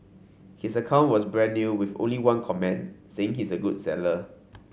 his account was brand new with only one comment saying he's a good seller